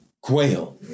quail